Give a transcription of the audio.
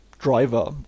driver